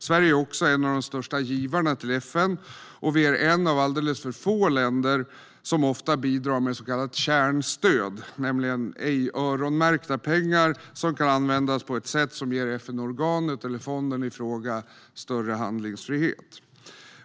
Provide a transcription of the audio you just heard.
Sverige är en av de största givarna till FN. Vi är ett av alldeles för få länder som ofta bidrar med så kallat kärnstöd, alltså icke-öronmärkta pengar som kan användas på ett sätt som ger FN-organet eller FN-fonden i fråga större handlingsfrihet.